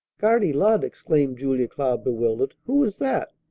guardy lud! exclaimed julia cloud bewildered. who is that?